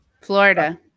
Florida